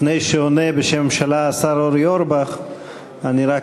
לפני שעונה בשם הממשלה השר אורי אורבך אני רק,